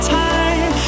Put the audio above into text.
time